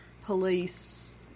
police